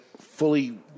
fully